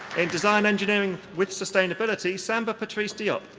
in design engineering with sustainability, samba patrice diop.